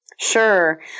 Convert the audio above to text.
Sure